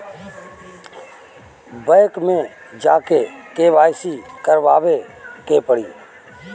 Bank मे जा के के.वाइ.सी करबाबे के पड़ी?